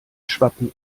schwappen